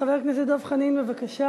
חבר הכנסת דב חנין, בבקשה.